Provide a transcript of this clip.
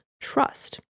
trust